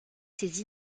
ces